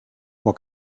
what